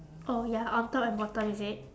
oh ya on top and bottom is it